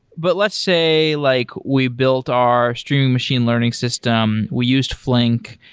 but let's say like we built our streaming machine learning system. we used flink.